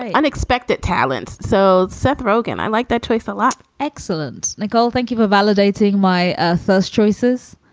and unexpected talents. so. seth rogen, i like that choice a lot excellent. nicole, thank you for validating my ah first choices.